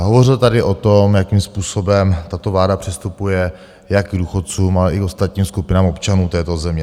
Hovořil tady o tom, jakým způsobem tato vláda přistupuje jak k důchodcům, ale i k ostatním skupinám občanů této země.